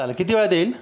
चालेल किती वेळात येईल